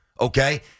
okay